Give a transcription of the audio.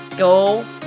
Go